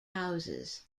houses